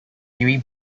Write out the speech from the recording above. erie